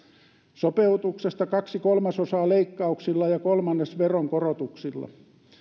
sopeutuksesta kaksi kolmasosaa leikkauksilla ja kolmannes veronkorotuksilla